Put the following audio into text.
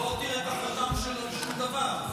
הוא לא הותיר את החותם שלו על שום דבר.